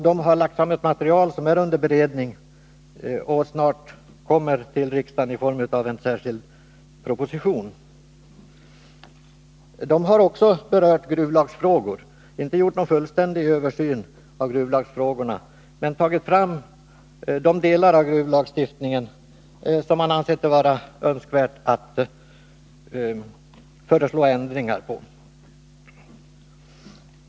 De har lagt fram material, som är under beredning och snart kommer till riksdagen i form av en särskild proposition. De har också berört gruvlagsfrågor. De har inte gjort någon fullständig översyn av gruvlagsfrågorna men har tagit fram de delar av gruvlagstiftningen som de ansett att det är önskvärt att föreslå förändringar i.